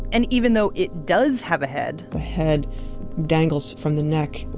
and even though it does have a head, the head dangles from the neck,